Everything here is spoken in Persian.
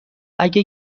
اگه